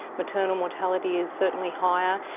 maternal mortality is certainly higher.